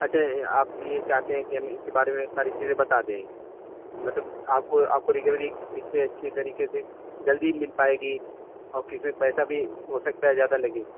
اچھا آپ یہ چاہتے ہیں کہ ہم اس کے بارے میں ساری چیزیں بتا دیں مطلب آپ کو آپ کو ریکوری اس سے اچھی طریقے سے جلدی مل پائے گی اور کس میں پیسہ بھی ہو سکتا ہے زیادہ لگے